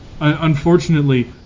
Unfortunately